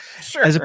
Sure